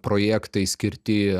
projektai skirti